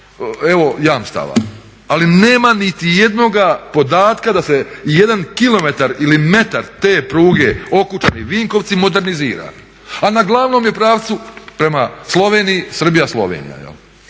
evo jamstava, ali nema niti jednoga podatka da se i jedan kilometar ili metar te pruge Okučani – Vinkovci modernizira, a na glavnom je pravcu prema Sloveniji, Srbija – Slovenija. Ne,